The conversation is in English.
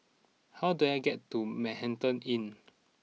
how do I get to Manhattan Inn